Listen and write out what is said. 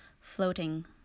floating